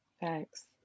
Thanks